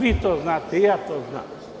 Vi to znate, ja to znam.